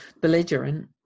belligerent